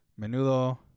menudo